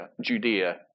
Judea